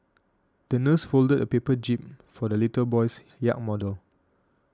the nurse folded a paper jib for the little boy's yacht model